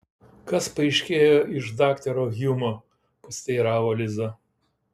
kas paaiškėjo iš daktaro hjumo pasiteiravo liza